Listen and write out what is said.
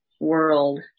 world